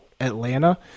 Atlanta